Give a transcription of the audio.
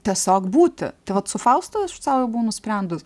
tiesiog būti tai vat su faustu aš sau jau buvau nusprendus